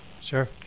Sure